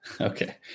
Okay